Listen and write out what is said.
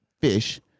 fish